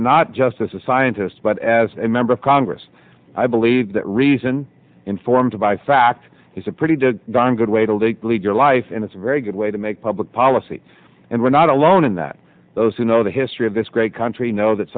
it not just as a scientist but as a member of congress i believe that reason informed by fact he's a pretty to darn good way to lead your life and it's a very good way to make public policy and we're not alone in that those who know the history of this great country know that